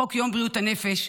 חוק יום בריאות הנפש,